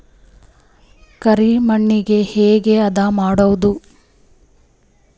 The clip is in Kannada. ಕರಿ ಮಣ್ಣಗೆ ಹೇಗೆ ಹದಾ ಮಾಡುದು?